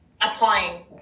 applying